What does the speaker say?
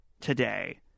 today